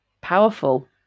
Powerful